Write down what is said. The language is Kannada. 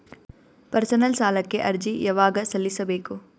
ಪರ್ಸನಲ್ ಸಾಲಕ್ಕೆ ಅರ್ಜಿ ಯವಾಗ ಸಲ್ಲಿಸಬೇಕು?